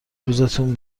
روزتون